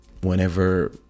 whenever